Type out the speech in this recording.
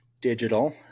digital